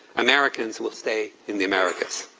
americans will stay in the americas.